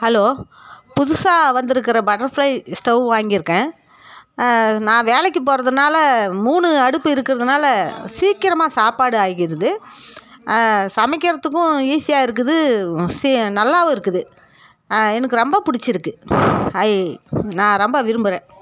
hello புதுசாக வந்துருக்குற butterfly stove வாங்கியிருக்கேன் நான் வேலைக்கு போகிறதுனால மூணு அடுப்பு இருக்கிறதுனால சீக்கிரமாக சாப்பாடு ஆகிடுது சமைக்கிறத்துக்கும் ஈஸியாக இருக்குது நல்லாவும் இருக்குது எனக்கு ரெம்ப பிடிச்சிருக்கு ஐ நான் ரொம்ப விரும்புகிறேன்